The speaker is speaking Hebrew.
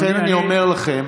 לכן אני אומר לכם,